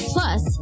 Plus